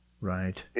Right